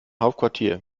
hauptquartier